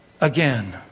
again